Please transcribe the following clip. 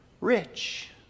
rich